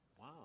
Wow